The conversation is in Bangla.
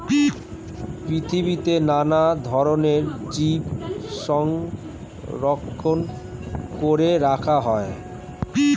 পৃথিবীর নানা ধরণের বীজ সংরক্ষণ করে রাখা হয়